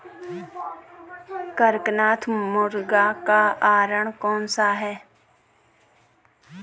कड़कनाथ मुर्गे का आहार कौन सा है?